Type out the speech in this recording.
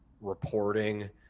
reporting